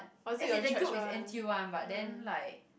as in the group is N_T_U one but then like